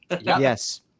Yes